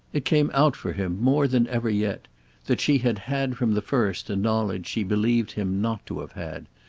it came out for him more than ever yet that she had had from the first a knowledge she believed him not to have had,